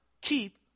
keep